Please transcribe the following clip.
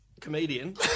comedian